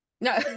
no